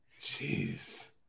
Jeez